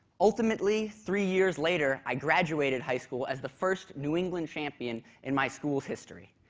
ultimately, three years later i graduated high school as the first new england champion in my school's history,